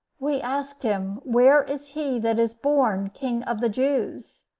we asked him, where is he that is born king of the jews.